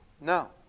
No